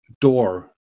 door